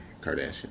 Kardashian